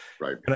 right